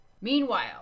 Meanwhile